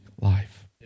life